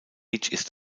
ist